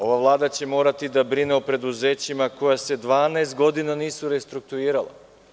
Ova Vlada će morati da brine o preduzećima koja se 12 godina nisu restruktuirala.